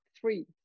three